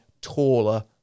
taller